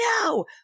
no